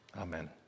Amen